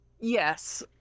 Yes